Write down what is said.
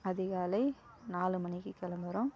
அதிகாலை நாலு மணிக்கு கிளம்புறோம்